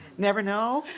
never know.